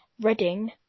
Reading